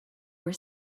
were